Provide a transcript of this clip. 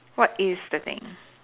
what is the thing